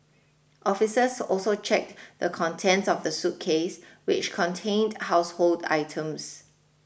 officers also checked the contents of the suitcase which contained household items